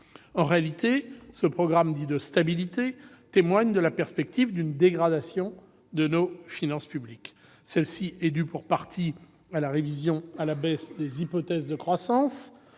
En réalité, ce programme, dit « de stabilité », témoigne de la perspective d'une dégradation de nos finances publiques. Celle-ci est due pour partie à la révision à la baisse des hypothèses de croissance